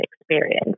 experience